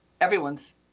everyone's